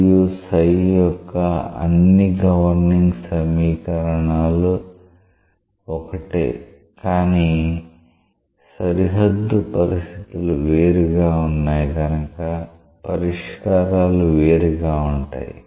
మరియు యొక్క అన్ని గవర్నింగ్ సమీకరణాలు ఒకటే కానీ సరిహద్దు పరిస్థితులు వేరుగా వున్నాయి కనుక పరిష్కారాలు వేరుగా ఉంటాయి